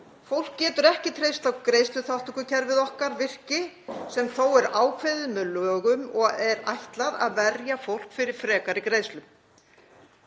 Fólk getur ekki treyst á að greiðsluþátttökukerfið okkar virki sem þó er ákveðið með lögum og er ætlað að verja fólk fyrir frekari greiðslum.